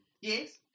Yes